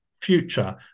future